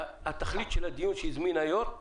שתכלית הדיונים שלהם זה